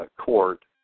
Court